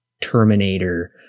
Terminator